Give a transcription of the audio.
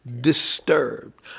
disturbed